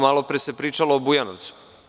Malopre se pričalo o Bujanovcu.